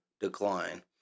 decline